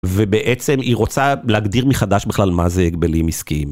ובעצם היא רוצה להגדיר מחדש בכלל מה זה הגבלים עסקיים.